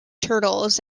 turtles